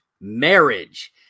marriage